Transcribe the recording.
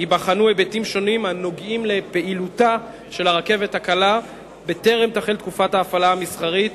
ייבחנו היבטים שונים של פעילות הרכבת הקלה בטרם תחל תקופת ההפעלה המסחרית,